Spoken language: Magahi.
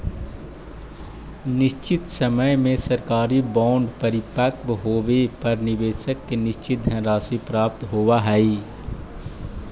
निश्चित समय में सरकारी बॉन्ड परिपक्व होवे पर निवेशक के निश्चित धनराशि प्राप्त होवऽ हइ